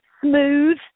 smooth